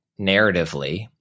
narratively